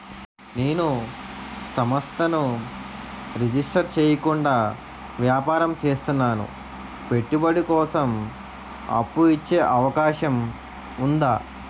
నేను సంస్థను రిజిస్టర్ చేయకుండా వ్యాపారం చేస్తున్నాను పెట్టుబడి కోసం అప్పు ఇచ్చే అవకాశం ఉందా?